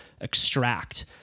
extract